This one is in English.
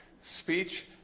Speech